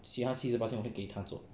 其他七十巴仙我会给他做